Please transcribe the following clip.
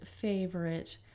favorite